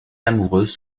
amoureuses